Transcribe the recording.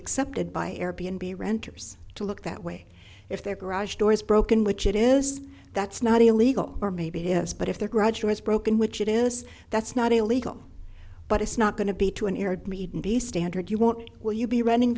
accepted by air b n b renters to look that way if their garage door is broken which it is that's not illegal or maybe it is but if their graduates broke in which it is that's not illegal but it's not going to be to an area meeting the standard you won't will you be running